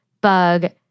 bug